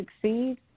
succeed